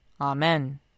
Amen